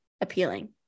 appealing